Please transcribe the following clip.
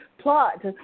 plot